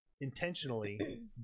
intentionally